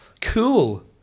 Cool